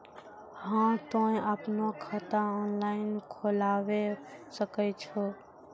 हाँ तोय आपनो खाता ऑनलाइन खोलावे सकै छौ?